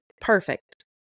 perfect